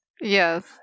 yes